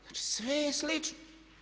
Znači, sve je slično.